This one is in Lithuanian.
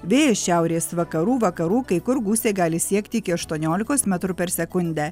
vėjas šiaurės vakarų vakarų kai kur gūsiai gali siekti iki aštuoniolikos metrų per sekundę